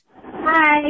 Hi